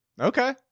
Okay